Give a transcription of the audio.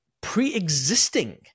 pre-existing